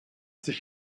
sich